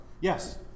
Yes